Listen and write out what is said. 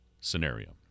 scenario